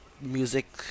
music